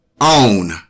own